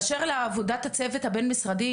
באשר לעבודת הצוות הבין משרדי,